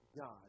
God